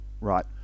Right